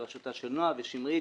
בראשותה של נועה ושמרית